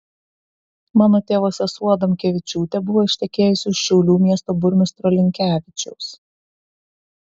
mano tėvo sesuo adamkavičiūtė buvo ištekėjusi už šiaulių miesto burmistro linkevičiaus